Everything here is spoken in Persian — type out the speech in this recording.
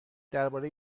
درباره